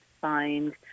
find